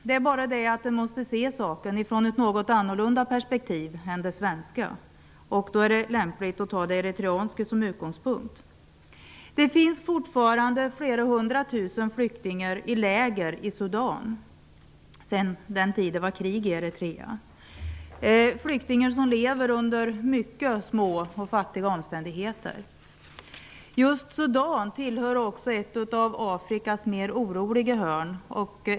Det är bara det att man måste se saken från ett något annorlunda perspektiv än det svenska. Då är det lämpligt att ta det eritreanska som utgångspunkt. Det finns fortfarande flera hundra tusen flyktingar i läger i Sudan sedan den tid det var krig i Eritrea. Flyktingarna lever under mycket små och fattiga omständigheter. Just Sudan ligger också i ett av Afrikas mer oroliga hörn.